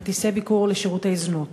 כרטיסי ביקור לשירותי זנות.